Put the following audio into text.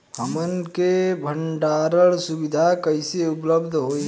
हमन के भंडारण सुविधा कइसे उपलब्ध होई?